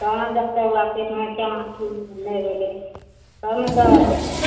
तब ने देखतै ओकरा पेटमे कोना कि भेलै नहि भेलै तब ने दवाइ देतै